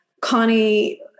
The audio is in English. Connie